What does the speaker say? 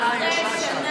אמרו את זה עלייך,